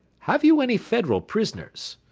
have you any federal prisoners?